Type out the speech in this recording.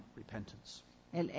repentance